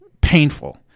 painful